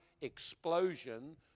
explosion